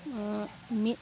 ᱟᱨ ᱢᱤᱫ